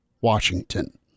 Washington